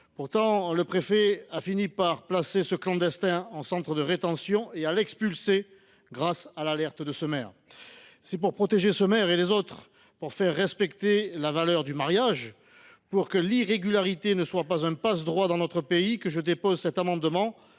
donnée, le préfet a fini par faire placer ce clandestin en centre de rétention et par le faire expulser. C’est pour protéger ce maire et les autres, pour faire respecter les valeurs du mariage, pour que l’irrégularité ne soit pas un passe droit dans notre pays que j’ai déposé cet amendement.